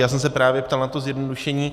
Já jsem se právě ptal na to zjednodušení.